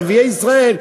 לערביי ישראל,